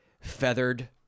feathered